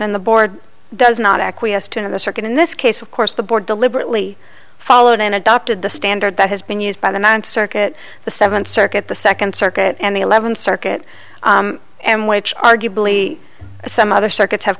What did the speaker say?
in the board does not acquiesced in the circuit in this case of course the board deliberately followed and adopted the standard that has been used by the mt circuit the seventh circuit the second circuit and the eleventh circuit and which arguably some other circuits have